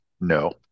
No